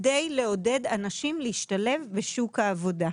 זאת כדי לעודד אנשים להשתלב בשוק העבודה.